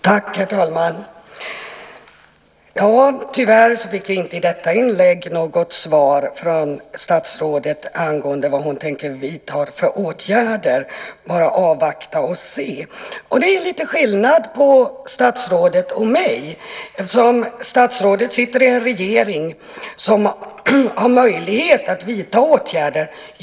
Herr talman! Tyvärr fick jag inte i det förra inlägget något svar från statsrådet om vilka åtgärder hon tänker vidta. Hon ska bara avvakta och se. Det är lite skillnad mellan statsrådet och mig. Statsrådet sitter i en regering som har möjlighet att vidta åtgärder.